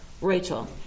Rachel